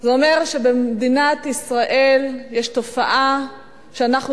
זה אומר שבמדינת ישראל יש תופעה שאנחנו